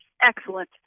Excellent